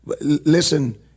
listen